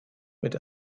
mit